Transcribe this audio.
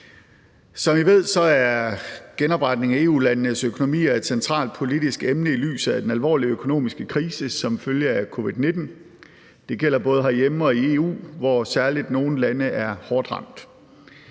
Som I ved, er genopretning af EU-landenes økonomier et centralt politisk emne i lyset af den alvorlige økonomiske krise som følge af covid-19. Det gælder både herhjemme og i EU, hvor særlig nogle lande er hårdt ramt.